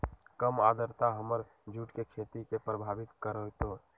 कम आद्रता हमर जुट के खेती के प्रभावित कारतै?